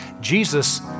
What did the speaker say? Jesus